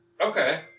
Okay